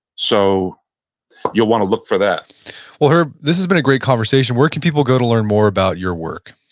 so you'll want to look for that well herb, this has been a great conversation. where can people go to learn more about your work?